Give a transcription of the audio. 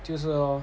就是咯